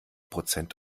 prozent